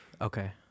Okay